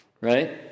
Right